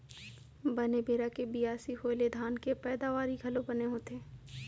बने बेरा के बियासी होय ले धान के पैदावारी घलौ बने होथे